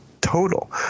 total